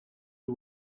the